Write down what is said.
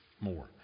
more